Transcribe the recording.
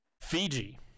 Fiji